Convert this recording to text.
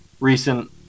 recent